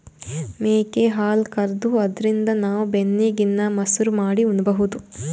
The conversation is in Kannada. ಮೇಕೆ ಹಾಲ್ ಕರ್ದು ಅದ್ರಿನ್ದ್ ನಾವ್ ಬೆಣ್ಣಿ ಗಿಣ್ಣಾ, ಮಸರು ಮಾಡಿ ಉಣಬಹುದ್